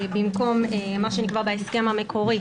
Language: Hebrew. במקום מה שנקבע בהסכם המקורי,